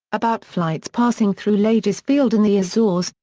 about flights passing through lajes field in the azores,